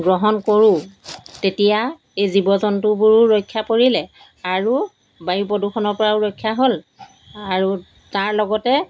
গ্ৰহণ কৰোঁ তেতিয়া এই জীৱ জন্তুবোৰো ৰক্ষা পৰিলে আৰু বায়ু প্ৰদূষণৰ পৰাও ৰক্ষা হ'ল আৰু তাৰ লগতে